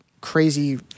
crazy